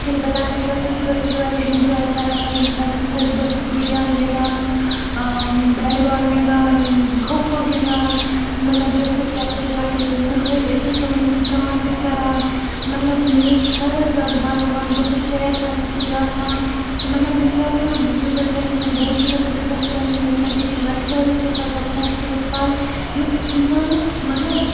ییٚلہِ بہٕ لۄکٕٹ ٲسٕس بہٕ ٲسٕس واریاہ اٮ۪نجاے کَران پنٛنٮ۪ن فرٛٮ۪نٛڈن سۭتۍ بہٕ ٲسٕس گُڈیا ہَن گِنٛدان بیٹ بال گِنٛدان کھو کھو گِنٛدان مطلب بیٚیہِ ٲس اَسہِ یَپٲرۍ لۄکٕٹ نٔۂرۍ أسۍ ٲسۍ تِمَن منٛز سرٛان تہِ کَران مطلب مےٚ اوس واریاہ زیادٕ مَزٕ یِوان بہٕ ٲسٕس ژیر تامَتھ اوٗرۍ آسان مطلب مےٚ چھُ باسان یوٗتاہ یوٗتاہ اِنسان بوٚڈ چھِ گَژھان تیٖژاہ چھِ ٹٮ۪نشَن گَژھان لیکِن لۄکچارٕے چھِ آسان خوٗبصوٗرت پَل یُس اِنسانَس مطلب